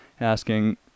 asking